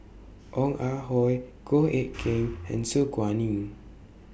Ong Ah Hoi Goh Eck Kheng and Su Guaning